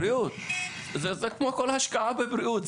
זה כמו כל השקעה בבריאות.